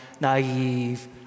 naive